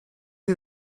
see